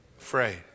Afraid